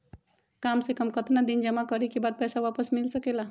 काम से कम कतेक दिन जमा करें के बाद पैसा वापस मिल सकेला?